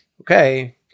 okay